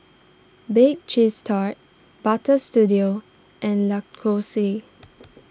Bake Cheese Tart Butter Studio and Lacoste